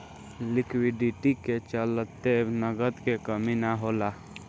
liquidity के चलते नगद के कमी ना होला